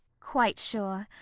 quite sure.